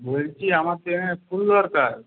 বলছি আমার তো এখানে ফুল দরকার